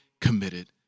committed